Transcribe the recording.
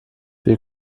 wie